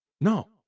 No